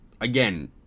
again